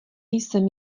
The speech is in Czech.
jsem